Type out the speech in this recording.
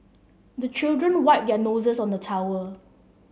the children wipe their noses on the towel